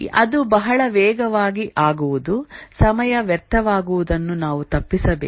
ಅದು ಬಹಳ ವೇಗವಾಗಿ ಆಗುವುದು ಸಮಯ ವ್ಯರ್ಥವಾಗುವುದನ್ನು ನಾವು ತಪ್ಪಿಸಬೇಕು